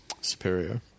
Superior